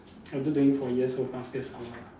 I do twenty four years so far still sama ah